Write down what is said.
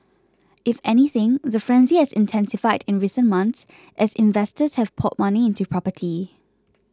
if anything the frenzy has intensified in recent months as investors have poured money into property